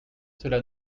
cela